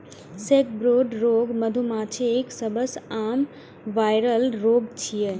sacbrood रोग मधुमाछीक सबसं आम वायरल रोग छियै